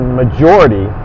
majority